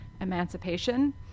Emancipation